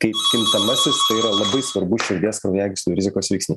kaip kintamasis tai yra labai svarbus širdies kraujagyslių rizikos veiksnys